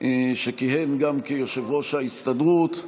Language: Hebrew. שכיהן גם כיושב-ראש ההסתדרות,